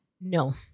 No